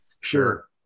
Sure